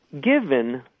given